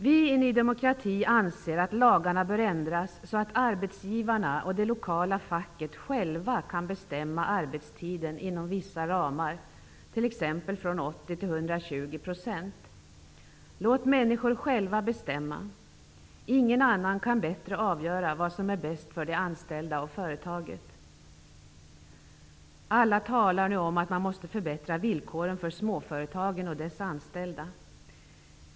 Vi i Ny demokrati anser att lagarna bör ändras så, att arbetsgivarna och det lokala facket själva kan bestämma arbetstiden inom vissa ramar, t.ex. från 80 till 120 %. Låt människorna själva bestämma! Inga andra kan bättre avgöra vad som är bäst för de anställda och företaget. Alla talar nu om att man måste förbättra villkoren för småföretagen och deras anställda.